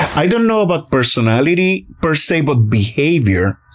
i don't know about personalities per say, but behavior,